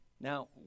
now